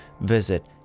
visit